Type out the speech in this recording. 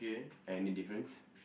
any difference